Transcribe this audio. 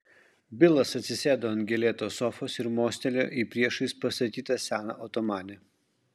bilas atsisėdo ant gėlėtos sofos ir mostelėjo į priešais pastatytą seną otomanę